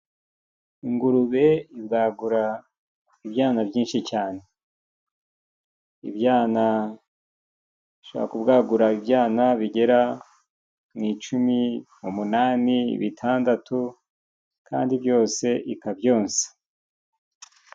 Ingurube ibwagura ibyana byinshi cyane ,ibyana i shobora kubwagura, ibyana bigera mu icumi ,umunani ,bitandatu ,kandi byose ikabyonsa.